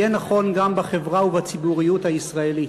יהיה נכון גם בחברה ובציבוריות הישראלית,